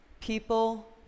People